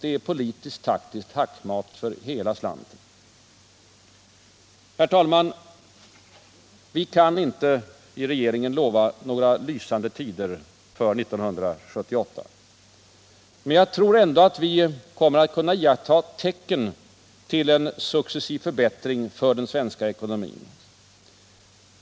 Det är politiskttaktisk hackmat för hela slanten. Herr talman! Regeringen kan inte utlova några lysande tider för 1978. Men jag tror att vi ändå kommer att kunna iaktta tecken till en successiv förbättring för den svenska ekonomin.